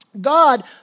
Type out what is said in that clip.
God